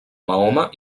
mahoma